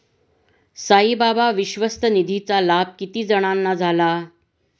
साईबाबा विश्वस्त निधीचा लाभ किती जणांना झाला?